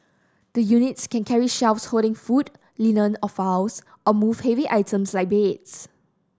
the units can carry shelves holding food linen or files or move heavy items like beds